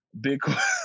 Bitcoin